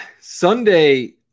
Sunday